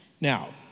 Now